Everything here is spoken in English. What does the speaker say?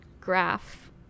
graph